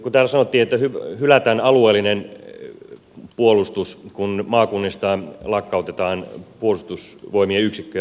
täällä sanottiin että hylätään alueellinen puolustus kun maakunnista lakkautetaan puolustusvoimien yksikköjä varuskuntia